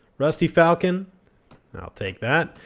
rusty falcon i'll take that.